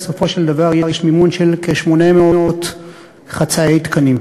בסופו של דבר יש מימון של כ-800 חצאי תקנים.